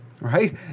right